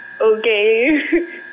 okay